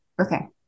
Okay